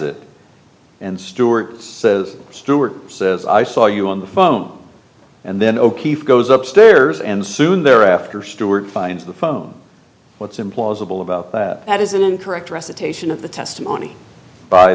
it and stewart says stewart says i saw you on the phone and then o'keefe goes up stairs and soon thereafter stuart finds the phone what's implausible about that is an incorrect recitation of the testimony